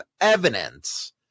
evidence